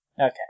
Okay